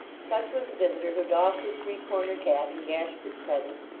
such was the visitor who doffed his three-cornered hat in gashford's presence,